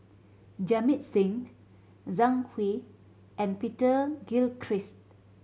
Jamit Singh Zhang Hui and Peter Gilchrist